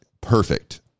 perfect